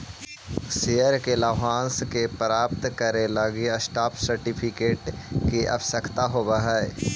share के लाभांश के प्राप्त करे लगी स्टॉप सर्टिफिकेट के आवश्यकता होवऽ हइ